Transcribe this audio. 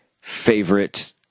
favorite